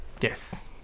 Yes